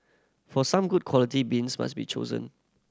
for some good quality beans must be chosen